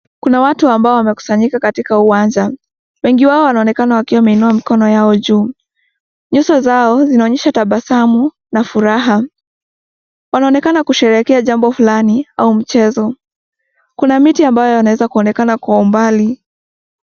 Kuna watu ambao wamekusanyika katika uwanja. Wengi wao wanaonekana wakiwa wameinua mikono yao juu. Nyuso zao zinaonyesha tabasamu na furaha. Wanaonekana kusherehekea jambo fulani au mchezo. Kuna miti ambayo yanaweza kuonekana kwa umbali .